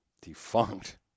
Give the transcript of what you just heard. Defunct